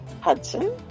Hudson